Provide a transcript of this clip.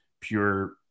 pure